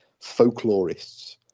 folklorists